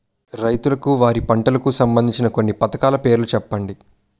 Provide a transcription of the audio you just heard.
రైతులకు వారి పంటలకు సంబందించిన కొన్ని పథకాల పేర్లు చెప్పండి?